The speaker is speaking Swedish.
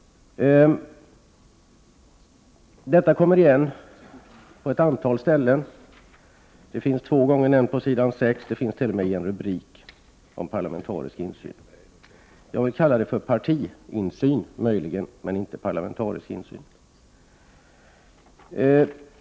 Detta kommer igen på ett antal ställen. Det sägs två gånger på s. 6, och i betänkandet finns t.o.m. rubriken Parlamentarisk insyn. Jag kan möjligen kalla det för partiinsyn, men inte för parlamentarisk insyn.